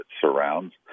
surrounds